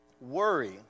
worry